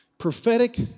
Prophetic